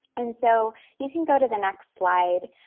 and so you can go to the next slide.